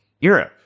Europe